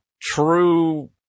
true